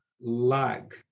lag